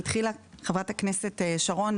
והתחילה לומר זאת חברת הכנסת שרון,